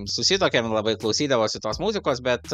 susituokėm labai klausydavosi tos muzikos bet